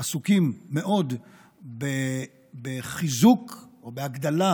אנחנו עסוקים מאוד בחיזוק או בהגדלה